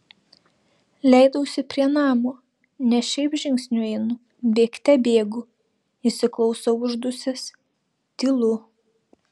leidausi prie namo ne šiaip žingsniu einu bėgte bėgu įsiklausau uždusęs tylu